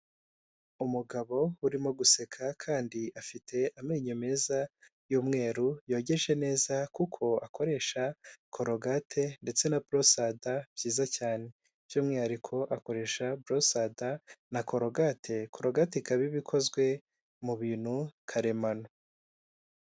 Umugabo urimo guseka kandi afite amenyo meza y'umweru, yogeje neza kuko akoresha korogate ndetse na borosada, byiza cyane by'umwihariko akoresha borosada na korogate, korogati ikaba ikozwe mu bintu karemano.